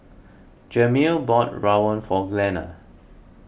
Jameel bought Rawon for Glenna